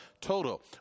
total